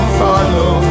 follow